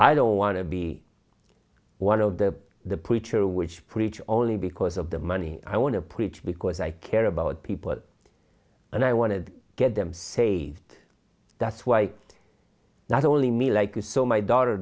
i don't want to be one of the the preacher which preach only because of the money i want to preach because i care about people and i want to get them saved that's why not only me like you so my daughter